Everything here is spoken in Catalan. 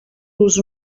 los